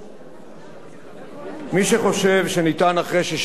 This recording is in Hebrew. מי שחושב שניתן אחרי 64 שנים